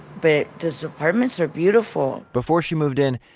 but these apartments are beautiful. before she moved in,